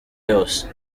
yose